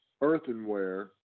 earthenware